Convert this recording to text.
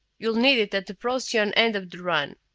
you'll need it at the procyon end of the run.